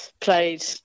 played